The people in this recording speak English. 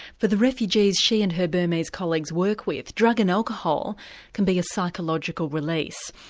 for the refugees she and her burmese colleagues work with, drug and alcohol can be a psychological release.